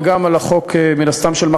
ומן הסתם גם על החוק של מחר,